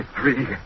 three